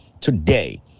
Today